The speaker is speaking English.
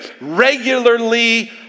regularly